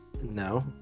No